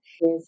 Yes